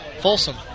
Folsom